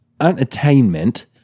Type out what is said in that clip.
entertainment